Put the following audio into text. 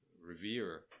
revere